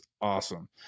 awesome